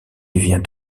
vient